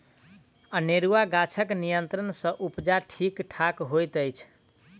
अनेरूआ गाछक नियंत्रण सँ उपजा ठीक ठाक होइत अछि